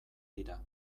dira